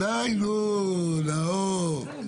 די נו, נאור.